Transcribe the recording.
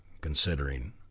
considering